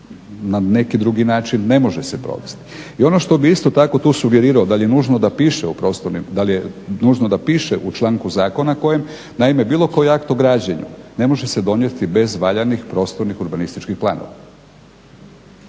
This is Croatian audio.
na neki drugi način ne može se provesti. I ono što bih isto tako tu sugerirao, da li je nužno da piše u članku zakona kojem. Naime, bilo koji akt o građenju ne može se donijeti bez valjanih prostornih urbanističkih planova.